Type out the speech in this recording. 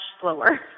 slower